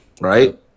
right